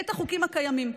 את החוקים הקיימים.